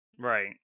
right